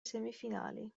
semifinali